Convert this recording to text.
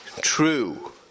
true